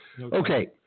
Okay